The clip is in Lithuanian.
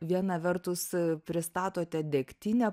viena vertus pristatote degtinę